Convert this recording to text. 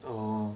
oh